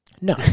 No